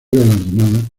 galardonada